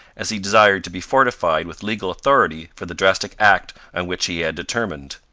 as he desired to be fortified with legal authority for the drastic act on which he had determined.